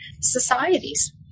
societies